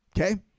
Okay